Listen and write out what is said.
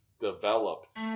developed